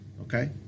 okay